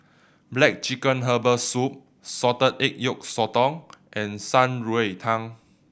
black chicken herbal soup salted egg yolk sotong and Shan Rui Tang